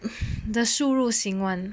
the 输入型 [one]